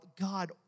God